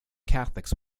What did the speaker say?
catholics